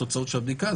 התוצאות של הבדיקה,